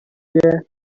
است